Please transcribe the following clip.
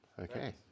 Okay